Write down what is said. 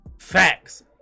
Facts